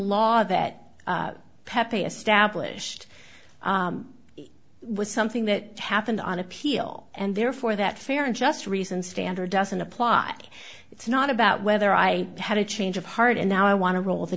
law that pepe established was something that happened on appeal and therefore that fair and just reason standard doesn't apply it's not about whether i had a change of heart and now i want to roll the